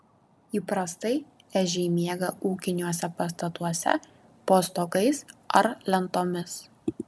įprastai ežiai miega ūkiniuose pastatuose po stogais ar lentomis